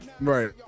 right